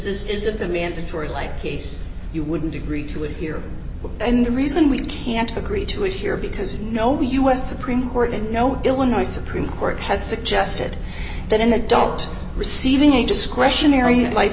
since is isn't a mandatory life case you wouldn't agree to it here and the reason we can't agree to it here because no us supreme court and no illinois supreme court has suggested that an adult receiving a discretionary life